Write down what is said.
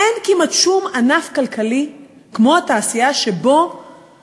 אין כמעט שום ענף כלכלי כמו התעשייה, שבו